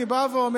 אני בא ואומר,